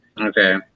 Okay